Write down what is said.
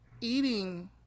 eating